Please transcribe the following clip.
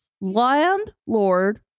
landlord